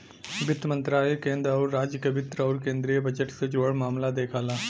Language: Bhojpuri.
वित्त मंत्रालय केंद्र आउर राज्य क वित्त आउर केंद्रीय बजट से जुड़ल मामला देखला